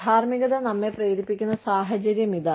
ധാർമ്മികത നമ്മെ പ്രേരിപ്പിക്കുന്ന സാഹചര്യം ഇതാണ്